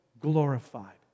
glorified